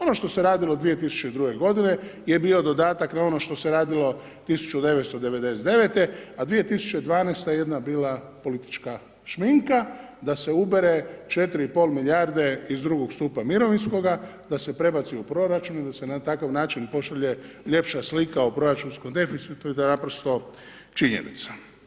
Ono što se radilo 2002. godine, je bio dodatak na ono što se radio 1999., a 2012. jedna je bila politička šminka da se ubere 4,5 milijarde iz drugog stupnja mirovinskoga, da se prebaci u proračun i da se na takav način pošalje ljepša slika o proračunskom deficitu, i to je naprosto činjenica.